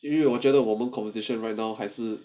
因为我觉得我们 conversation right now 还是